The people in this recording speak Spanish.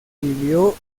vivió